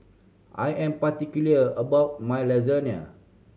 I am particular about my Lasagna